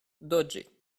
doge